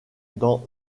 dans